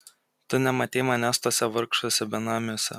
tu nematei manęs tuose vargšuose benamiuose